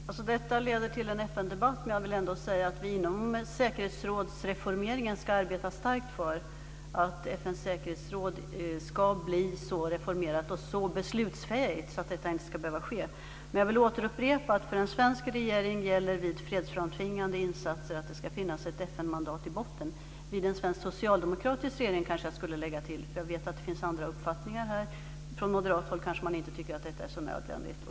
Herr talman! Detta leder till en FN-debatt, men jag vill ändå säga att vi i samband med reformeringen av säkerhetsrådet ska arbeta starkt för att FN:s säkerhetsråd ska bli så reformerat och beslutsfähigt att detta inte ska behöva ske. Men jag vill upprepa att för en svensk regering gäller att det vid fredsframtvingande insatser ska finnas ett FN-mandat i botten - för en svensk socialdemokratisk regering kanske jag skulle lägga till, för jag vet att det finns andra uppfattningar. Från moderat håll kanske man inte tycker att det är så nödvändigt.